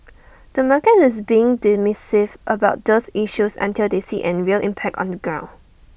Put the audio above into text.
the market is being dismissive about those issues until they see any real impact on the ground